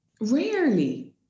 rarely